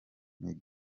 miguel